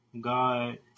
God